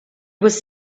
was